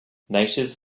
natives